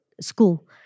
School